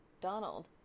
Donald